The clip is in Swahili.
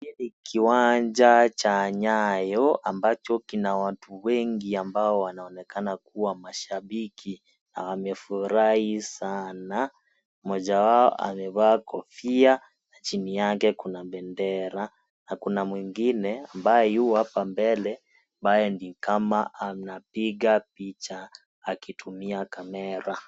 Kiwanja cha Nyayo, ambacho kina watu wengi ambao wanaonekana kuwa mashabiki, na wamefurai sana. Mmojawao amevaa kofia na chini yake kuna bendera. Na kuna mwingine, ambaye yu hapa mbele, ambaye ni kama anapiga picha akitumia kamera.